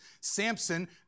Samson